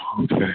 Okay